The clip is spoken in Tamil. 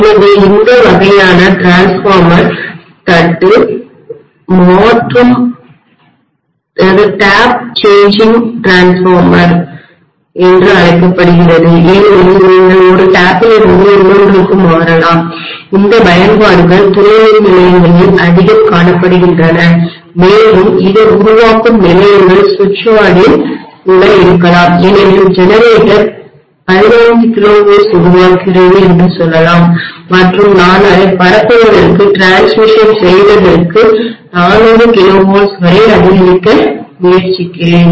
எனவே இந்த வகையான மின்மாற்றிடிரான்ஸ்ஃபார்மர் தட்டுடேப் மாற்றும் மின்மாற்றிடிரான்ஸ்ஃபார்மர் என்றும் அழைக்கப்படுகிறது ஏனெனில் நீங்கள் ஒரு டேபிலிருந்து இன்னொன்றுக்கு மாறலாம் இந்த பயன்பாடுகள் துணை மின்நிலையங்களில் அதிகம் காணப்படுகின்றன மேலும் இது உருவாக்கும் நிலையங்கள் சுவிட்ச் யார்டில் கூட இருக்கலாம் ஏனெனில் ஜெனரேட்டர் 15 kilovolts உருவாக்குகிறது என்று சொல்லலாம் மற்றும் நான் அதை பரப்புவதற்கு டிரான்ஸ்மிஷன் செய்வதற்கு 400 kilovolts வரை அதிகரிக்க முயற்சிக்கிறேன்